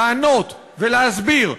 לענות ולהסביר,